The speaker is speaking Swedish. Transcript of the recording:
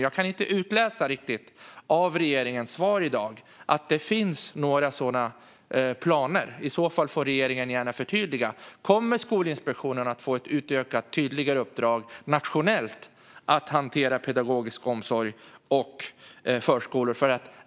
Jag kan inte riktigt utläsa av regeringens svar i dag att det finns några sådana planer. Annars får regeringen gärna förtydliga om Skolinspektionen kommer att få ett utökat, tydligare uppdrag nationellt att hantera pedagogisk omsorg och förskolor.